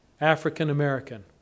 African-American